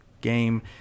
game